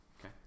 okay